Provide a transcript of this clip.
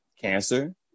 cancer